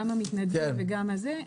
גם המתנדבים וגם הצעירים,